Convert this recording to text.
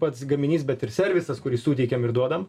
pats gaminys bet ir servisas kurį suteikiam ir duodam